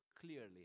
clearly